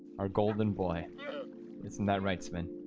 our golden boy isn't that right spin?